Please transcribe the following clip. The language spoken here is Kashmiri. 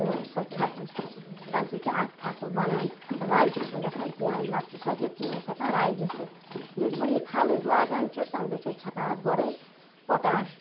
تہٕ سۄ چھِ چھَکٕنۍ تَمہِ سۭتۍ چھُ اَتھ فصٕل بَنان راے چھُس نہٕ گژھان کینٛہہ نَتہٕ چھِ سفید چیٖنی یَس ہیٚکان راے گٔژھِتھ ییٚلہِ وۄنۍ یہِ تھلۍ أسۍ لاگان چھِ تَمہِ دۄہ چھِ أسۍ چھَکان اَتھ گۄڈَے پوٚٹاش